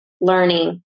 learning